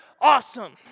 awesome